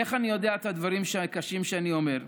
איך אני יודע את הדברים הקשים שאני אומר?